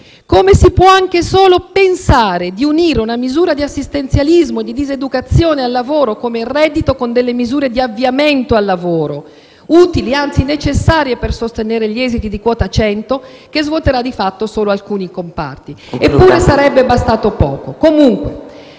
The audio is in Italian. Come si può anche solo pensare di unire una misura di assistenzialismo e di diseducazione al lavoro come il reddito di cittadinanza con delle misure di avviamento al lavoro, utili e, anzi, necessarie per sostenere gli esiti di quota 100, che svuoterà di fatto solo alcuni comparti? Sarebbe bastato poco.